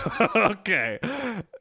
Okay